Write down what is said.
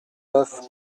neuf